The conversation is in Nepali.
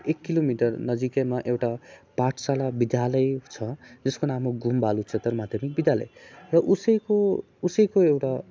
एक किलोमिटर नजिकैमा एउटा पाठशाला विद्यालय छ जसको नाम हो घुम बाल उच्चत्तर माध्यमिक विद्यालय र उसैको उसैको एउटा